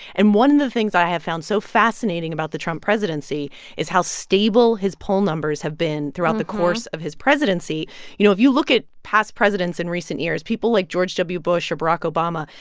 and one of the things i have found so fascinating about the trump presidency is how stable his poll numbers have been throughout the course of his presidency you know, if you look at past presidents in recent years, people like george w. bush or barack obama,